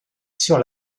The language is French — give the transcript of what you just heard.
sur